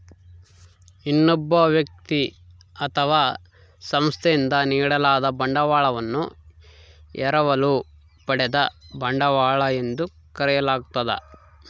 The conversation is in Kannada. ಇನ್ನೊಬ್ಬ ವ್ಯಕ್ತಿ ಅಥವಾ ಸಂಸ್ಥೆಯಿಂದ ನೀಡಲಾದ ಬಂಡವಾಳವನ್ನು ಎರವಲು ಪಡೆದ ಬಂಡವಾಳ ಎಂದು ಕರೆಯಲಾಗ್ತದ